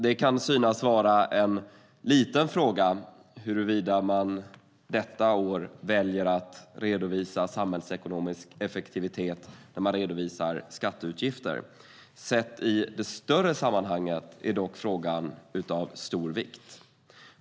Det kan synas vara en liten fråga huruvida man detta år väljer att redovisa samhällsekonomisk effektivitet när man redovisar skatteutgifter. Sett i ett större sammanhang är frågan dock av stor vikt.